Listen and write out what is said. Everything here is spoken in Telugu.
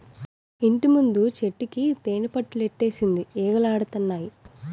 ఇంటిముందు చెట్టుకి తేనిపట్టులెట్టేసింది ఈగలాడతన్నాయి